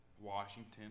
Washington